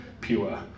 pure